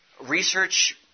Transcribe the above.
research